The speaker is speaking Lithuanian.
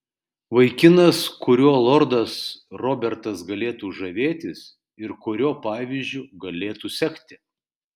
vaikinas kuriuo lordas robertas galėtų žavėtis ir kurio pavyzdžiu galėtų sekti